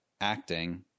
acting